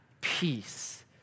peace